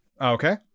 Okay